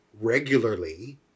regularly